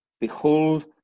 behold